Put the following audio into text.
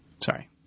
Sorry